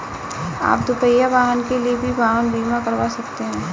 आप दुपहिया वाहन के लिए भी वाहन बीमा करवा सकते हैं